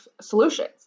solutions